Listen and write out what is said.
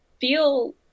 feel